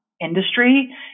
industry